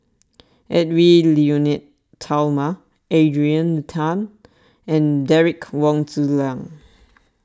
Edwy Lyonet Talma Adrian Tan and Derek Wong Zi Liang